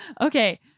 Okay